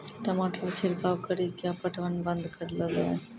टमाटर छिड़काव कड़ी क्या पटवन बंद करऽ लो जाए?